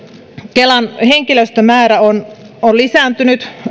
kelan henkilöstömäärä on on lisääntynyt